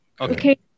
Okay